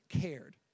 cared